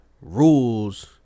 rules